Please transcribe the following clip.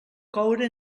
coure